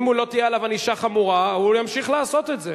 אם לא תהיה עליו ענישה חמורה הוא ימשיך לעשות את זה.